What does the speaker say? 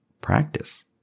practice